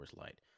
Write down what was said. Light